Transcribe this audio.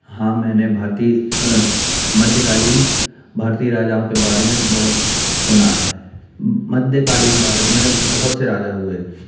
हाँ मैंने भारतीय मध्यकालीन भारतीय राजाओं के बारे में बहुत सुना है मध्य कालीन भारत में बहुत से राजा हुए